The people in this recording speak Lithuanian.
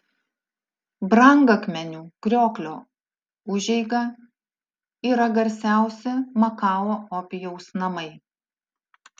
brangakmenių krioklio užeiga yra garsiausi makao opijaus namai